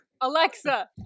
Alexa